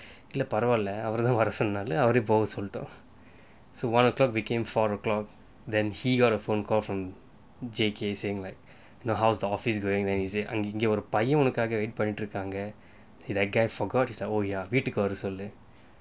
இல்ல பரவாயில்ல அவர் தான் வர சொன்னாரு அவரே போக சொல்டோம்:illa paravaayilla avar thaan vara sonnaru avarae poga soltom so one o'clock became four o'clock then he got a phone call from J_K saying like how's the office going then he say இங்க ஒரு பையன் உனக்காக:inga oru paiyan unakkaga wait பண்ணிட்டிருக்காங்க:pannittirukkanga the guy forgot oh ya வீட்டுக்கு வர சொல்லு:veetukku vara sollu